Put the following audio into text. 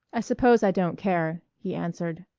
i suppose i don't care, he answered.